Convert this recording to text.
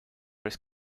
his